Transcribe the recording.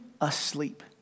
asleep